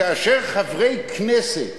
כאשר חברי כנסת